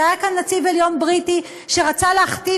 כשהיה כאן נציב עליון בריטי שרצה להכתיב